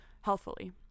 healthfully